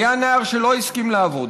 היה נער שלא הסכים לעבוד,